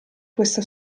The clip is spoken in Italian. questa